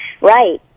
right